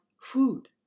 food